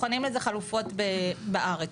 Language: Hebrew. בוחנים לזה חלופות בארץ.